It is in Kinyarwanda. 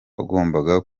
wagombaga